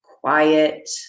quiet